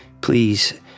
please